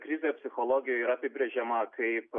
krizė psichologijoj yra apibrėžiama kaip